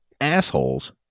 assholes